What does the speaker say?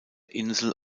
insel